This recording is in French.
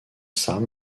sam